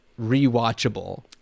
rewatchable